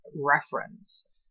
reference